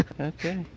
Okay